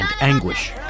anguish